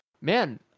man